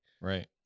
right